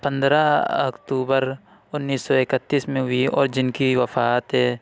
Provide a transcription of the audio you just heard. پندرہ اكتوبر اُنیس سو اكتیس میں ہوئی اور جن کی وفات